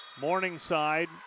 Morningside